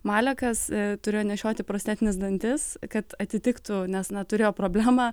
malekas turėjo nešioti prastesnis dantis kad atitiktų nes neturėjo problemą